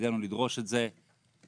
ותפקידנו לדרוש את זה.